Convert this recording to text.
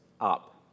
up